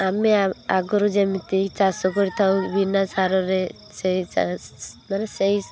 ଆମେ ଆଗରୁ ଯେମିତି ଚାଷ କରିଥାଉ ବିନା ସାରରେ ସେଇ ମାନେ ସେହି